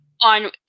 on